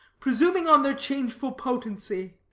presuming on their changeful potency.